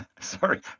sorry